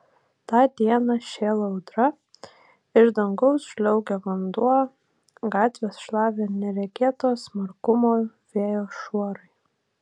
tą dieną šėlo audra iš dangaus žliaugė vanduo gatves šlavė neregėto smarkumo vėjo šuorai